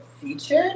featured